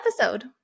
episode